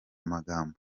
magambo